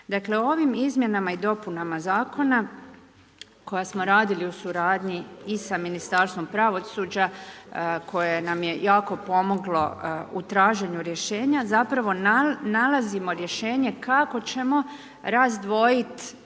Dakle, ovim izmjenama i dopunama Zakona, koja smo radili u suradnji i sa Ministarstvom pravosuđa koje nam je jako pomoglo u traženju rješenja, zapravo nalazimo rješenje kako ćemo razdvojiti